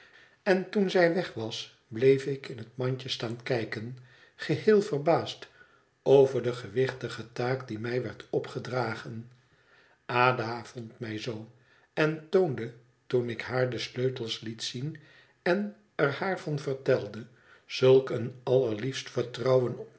en toen zij weg was bleef ik het mandje staan aankijken geheel verbaasd over de gewichtige taak die mij werd opgedragen ada vond mij zoo en toonde toen ik haar de sleutels liet zien en er haar van vertelde zulk een allerliefst vertrouwen